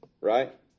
right